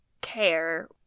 care